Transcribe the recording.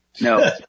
No